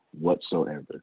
whatsoever